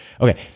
okay